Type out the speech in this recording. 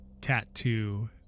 tattoo